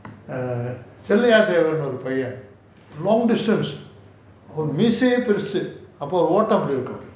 err chelliah thevan னு ஒரு பையன்:nu oru paiyan long distance அவர் மீசையை பெருசு அப்போ அவர் ஓட்டம் எப்பிடி இருக்கனும்:avar meesayai perusu appo aavaru ootam epidi irukanum